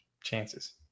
chances